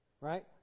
Right